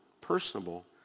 personable